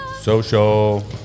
Social